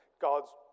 God's